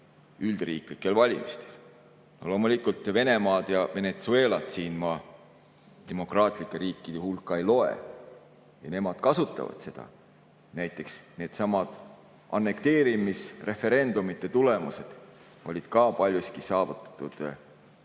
üleriigilistel valimistel? Loomulikult me Venemaad ja Venezuelat demokraatlike riikide hulka ei loe. Nemad kasutavad seda. Näiteks needsamad annekteerimisreferendumite tulemused olid ka paljuski saavutatud e-valimiste